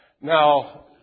now